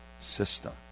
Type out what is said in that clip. system